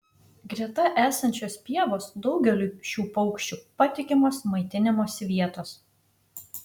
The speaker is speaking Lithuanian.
greta esančios pievos daugeliui šių paukščių patikimos maitinimosi vietos